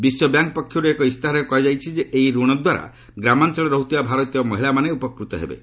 ବିଶ୍ୱ ବ୍ୟାଙ୍କ୍ ପକ୍ଷରୁ ଏକ ଇସ୍ତାହାରରେ କୁହାଯାଇଛି ଯେ ଏହି ଋଣ ଦ୍ୱାରା ଗ୍ରାମାଞ୍ଚଳରେ ରହୁଥିବା ଭାରତୀୟ ମହିଳାମାନେ ଉପକୃତ ହେବେ